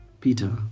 Peter